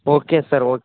okay sir okay